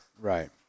Right